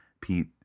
pete